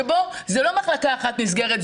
שבו זה לא מחלקה אחת נסגרת,